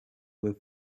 will